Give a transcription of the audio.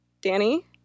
Danny